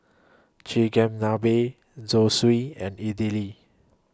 Chigenabe Zosui and Idili